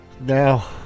Now